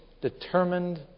determined